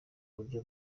buryo